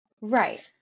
Right